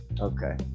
Okay